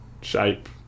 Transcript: shape